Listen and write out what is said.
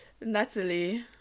Natalie